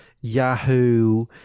Yahoo